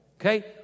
Okay